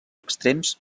extrems